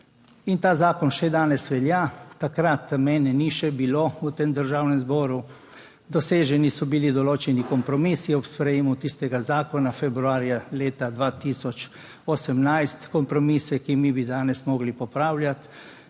In ta zakon še danes velja; takrat mene ni še bilo v Državnem zboru. Doseženi so bili določeni kompromisi ob sprejemu tistega zakona februarja leta 2018, kompromise, ki bi jih danes morali popravljati.